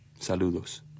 Saludos